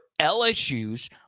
LSU's